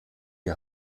die